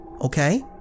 okay